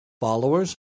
followers